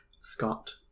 Scott